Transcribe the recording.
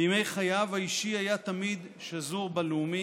בימי חייו, האישי היה תמיד שזור בלאומי,